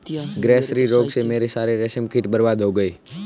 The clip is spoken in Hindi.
ग्रासेरी रोग से मेरे सारे रेशम कीट बर्बाद हो गए